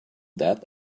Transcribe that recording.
death